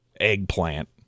eggplant